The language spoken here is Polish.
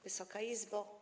Wysoka Izbo!